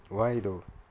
why though